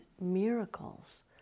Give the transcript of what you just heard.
miracles